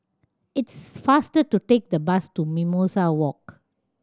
it's faster to take the bus to Mimosa Walk